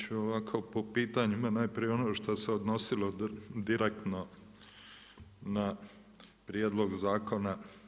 Ja ću ovako po pitanjima, najprije ono što se odnosilo direktno na prijedlog zakona.